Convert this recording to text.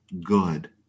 good